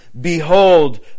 behold